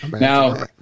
Now